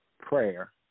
Prayer